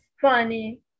Funny